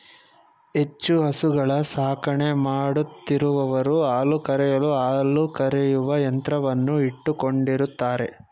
ಹೆಚ್ಚು ಹಸುಗಳ ಸಾಕಣೆ ಮಾಡುತ್ತಿರುವವರು ಹಾಲು ಕರೆಯಲು ಹಾಲು ಕರೆಯುವ ಯಂತ್ರವನ್ನು ಇಟ್ಟುಕೊಂಡಿರುತ್ತಾರೆ